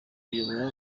kuyobora